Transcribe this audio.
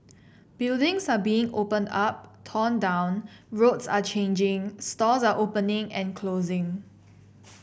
buildings are being opened up torn down roads are changing stores are opening and closing